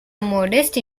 modest